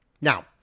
Now